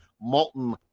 molten